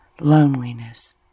loneliness